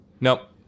nope